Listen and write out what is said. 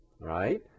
right